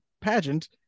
pageant